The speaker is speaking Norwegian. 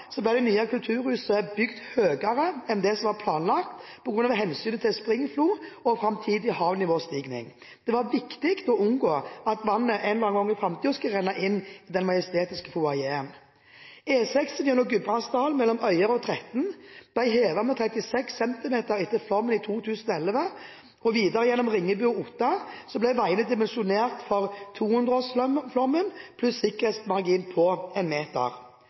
så langt unna der jeg kommer fra, ble det nye kulturhuset bygd høyere enn det som var planlagt, på grunn av hensynet til springflo og framtidig havnivåstiging. Det var viktig å unngå at vannet – en eller annen gang i framtiden – skulle renne inn i den majestetiske foajeen. E6 gjennom Gudbrandsdalen mellom Øyer og Tretten ble hevet med 36 cm etter flommen i 2011, og videre gjennom Ringebu og Otta ble veiene dimensjonert for 200-årsflommen pluss en sikkerhetsmargin på